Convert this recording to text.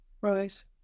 Right